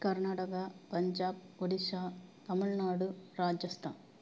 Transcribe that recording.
Karnataka Punjab Odisha Tamil Nadu Rajasthan